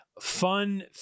Fun